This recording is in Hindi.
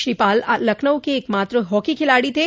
श्री पाल लखनऊ के एकमात्र हॉकी खिलाड़ी थे